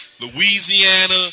Louisiana